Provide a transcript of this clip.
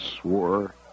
swore